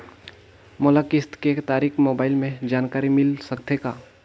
मोला किस्त के तारिक मोबाइल मे जानकारी मिल सकथे का?